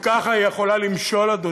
כי ככה היא יכולה למשול, אדוני.